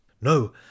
no